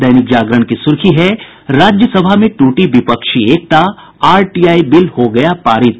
दैनिक जागरण की सुर्खी है राज्यसभा में टूटी विपक्षी एकता आरटीआई बिल हो गया पारित